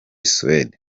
suède